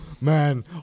man